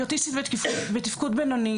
היא אוטיסטית בתפקוד בינוני,